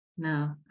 No